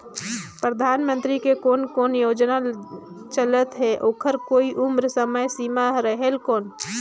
परधानमंतरी के कोन कोन योजना चलत हे ओकर कोई उम्र समय सीमा रेहेल कौन?